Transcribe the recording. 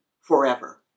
forever